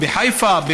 בחיפה,